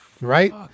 right